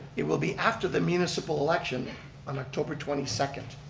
it will be after the municipal election on october twenty second.